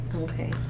Okay